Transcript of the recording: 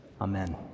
Amen